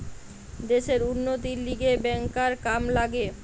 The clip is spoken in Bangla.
দ্যাশের উন্নতির লিগে ব্যাংকার কাম লাগে